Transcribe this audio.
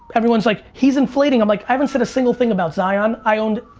everyone's like, he's inflating. i'm like, i haven't said a single thing about zion. i owned,